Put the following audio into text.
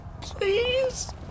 please